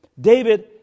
David